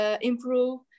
improve